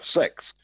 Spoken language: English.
six